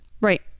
Right